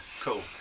cool